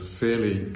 fairly